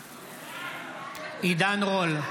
בעד עידן רול,